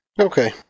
Okay